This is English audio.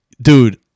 dude